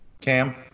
Cam